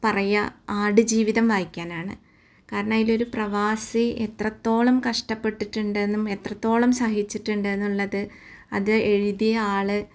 പറയാ ആട്ജീവിതം വായിക്കാനാണ് കാരണം അതിലൊരു പ്രവാസി എത്രത്തോളം കഷ്ടപ്പെട്ടിട്ടുണ്ടെന്നും എത്രത്തോളം സഹിച്ചിട്ടുണ്ടെന്നുള്ളത് അത് എഴുതിയ ആൾ